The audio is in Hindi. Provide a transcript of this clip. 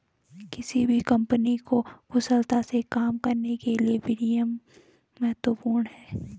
किसी भी कंपनी को कुशलता से काम करने के लिए विनियम महत्वपूर्ण हैं